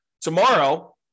tomorrow